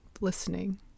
listening